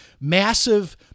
massive